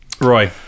roy